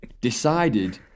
decided